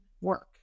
work